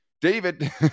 David